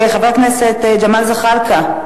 חבר הכנסת ג'מאל זחאלקה,